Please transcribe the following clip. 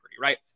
right